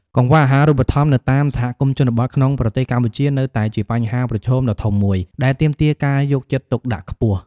កង្វះអាហារូបត្ថម្ភនៅតាមសហគមន៍ជនបទក្នុងប្រទេសកម្ពុជានៅតែជាបញ្ហាប្រឈមដ៏ធំមួយ ដែលទាមទារការយកចិត្តទុកដាក់ខ្ពស់។